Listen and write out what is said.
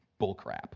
Bullcrap